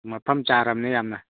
ꯃꯐꯝ ꯆꯥꯔꯕꯅꯦ ꯌꯥꯝꯅ